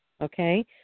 okay